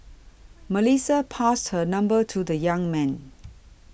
Melissa passed her number to the young man